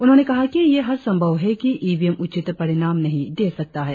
उन्होंने कहा कि यह हर संभव है कि इ वी एम उचित परिणाम नही दे सकता है